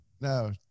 No